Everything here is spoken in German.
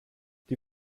die